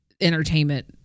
entertainment